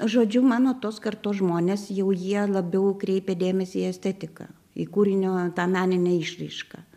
žodžiu mano tos kartos žmonės jau jie labiau kreipia dėmesį į estetiką į kūrinio tą meninę išraišką